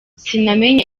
sinamenye